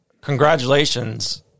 Congratulations